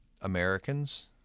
Americans